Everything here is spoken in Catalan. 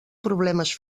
problemes